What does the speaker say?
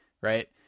right